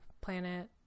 planet